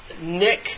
Nick